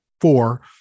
four